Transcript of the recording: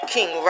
King